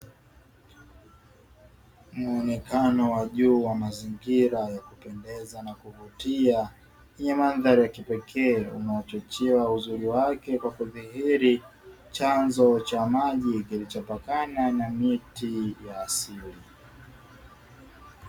Muonekano wa juu wa mazingira ya kupendeza na kuvutia yenye mandhari ya kipekee unaochochewa uzuri wake kwa kudhihiri, chanzo cha maji kilichopakana na miti ya asili.